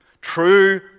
True